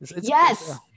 Yes